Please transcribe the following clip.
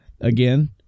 Again